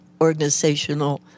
organizational